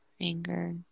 anger